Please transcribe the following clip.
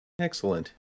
Excellent